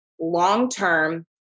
long-term